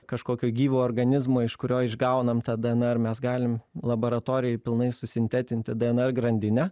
kažkokio gyvo organizmo iš kurio išgaunam tą dnr mes galim laboratorijoj pilnai susintetinti dnr grandinę